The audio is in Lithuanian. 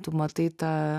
tu matai tą